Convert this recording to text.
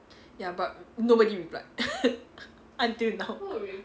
ya but nobody replied until now